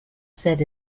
said